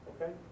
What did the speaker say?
Okay